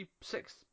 six